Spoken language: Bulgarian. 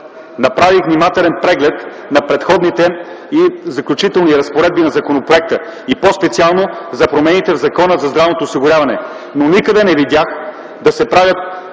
Направих внимателен преглед на Преходните и заключителни разпоредби на законопроекта и по-специално за промените в Закона на здравното осигуряване, но никъде не видях да се правят